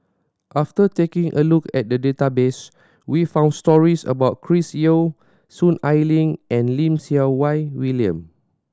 after taking a look at the database we found stories about Chris Yeo Soon Ai Ling and Lim Siew Wai William